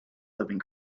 living